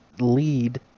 lead